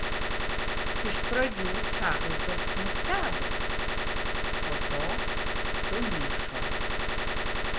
iš pradžių čarlzas nustebo po to sumišo